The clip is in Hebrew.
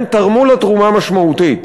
הם תרמו לה תרומה משמעותית.